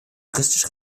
juristisch